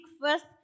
first